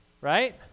Right